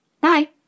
Bye